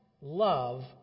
love